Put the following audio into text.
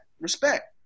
Respect